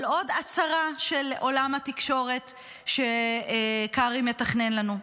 עוד הצרה של עולם התקשורת שקרעי מתכנן לנו.